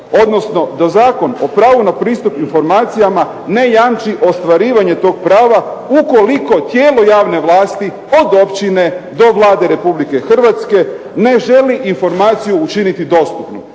odnosno da Zakon o pravu na pristup informacijama ne jamči ostvarivanje tog prava ukoliko tijelo javne vlasti od općine do Vlade Republike Hrvatske ne želi informaciju učiniti dostupnu.